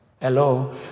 Hello